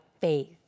faith